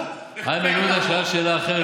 איימן עודה שאל שאלה אחרת,